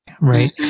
right